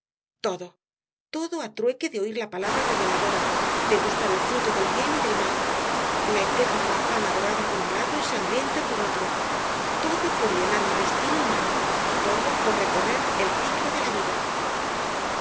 todo todo á trueque de oir la palabra reveladora de gustar el fruto del bien y del mal la eterna manzana dorada por un lado y sangrienta por otro todo por llenar el destino humano todo por recorrer el ciclo de la vida vi